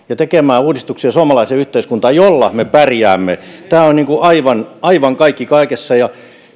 ja tekemään suomalaiseen yhteiskuntaan uudistuksia joilla me pärjäämme tämä on aivan aivan kaikki kaikessa